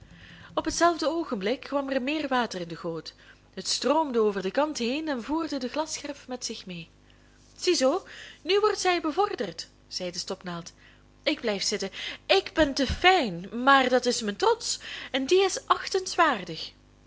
op hetzelfde oogenblik kwam er meer water in de goot het stroomde over den kant heen en voerde de glasscherf met zich mee ziezoo nu wordt zij bevorderd zei de stopnaald ik blijf zitten ik ben te fijn maar dat is mijn trots en die is